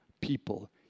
people